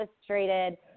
illustrated